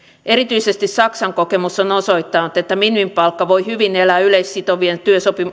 erityisesti saksan kokemus on on osoittanut että minimipalkka voi hyvin elää yleissitovien